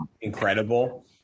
incredible